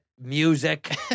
music